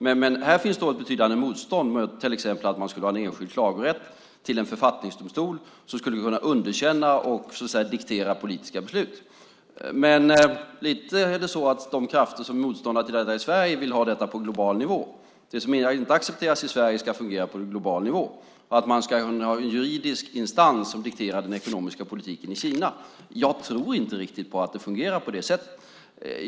Här finns ett betydande motstånd till exempel mot att man skulle ha en enskild klagorätt till en författningsdomstol som skulle kunna underkänna och diktera politiska beslut. De krafter som är motståndare till detta i Sverige vill ha det på global nivå. Det som inte accepteras i Sverige ska fungera på global nivå, och man ska ha en juridisk instans som dikterar den ekonomiska politiken i Kina. Jag tror inte riktigt att det fungerar på det sättet.